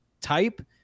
type